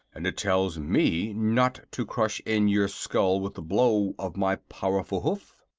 and it tells me not to crush in your skull with a blow of my powerful hoof.